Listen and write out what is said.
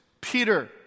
Peter